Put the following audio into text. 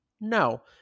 No